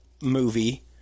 movie